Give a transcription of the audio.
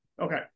Okay